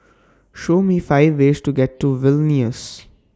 Show Me five ways to get to Vilnius